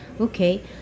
okay